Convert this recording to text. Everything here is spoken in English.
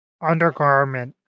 undergarment